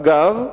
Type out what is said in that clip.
אגב,